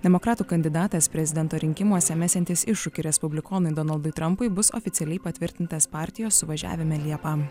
demokratų kandidatas prezidento rinkimuose mesiantis iššūkį respublikonui donaldui trampui bus oficialiai patvirtintas partijos suvažiavime liepą